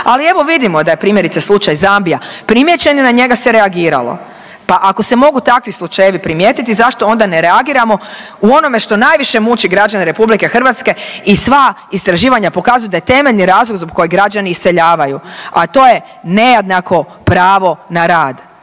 Ali evo vidimo da je primjerice slučaj Zambija primijećen i na njega se reagiralo. Pa ako se mogu takvi slučajevi primijetiti zašto onda ne reagiramo u onome što najviše muči građane Republike Hrvatske i sva istraživanja pokazuju da je temeljni razlog zbog kojeg građani iseljavaju, a to je nejednako pravo na rad